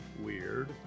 weird